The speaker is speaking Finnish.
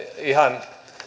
ihan